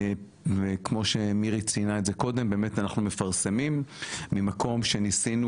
וכמו שמירי ציינה את זה קודם אנחנו מפרסמים ממקום שניסינו